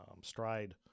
stride